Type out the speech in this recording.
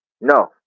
No